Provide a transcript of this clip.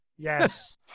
Yes